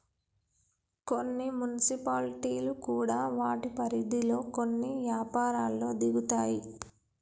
కొన్ని మున్సిపాలిటీలు కూడా వాటి పరిధిలో కొన్ని యపారాల్లో దిగుతాయి